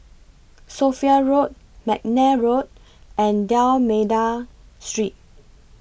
Sophia Road Mcnair Road and D'almeida Street